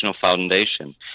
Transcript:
foundation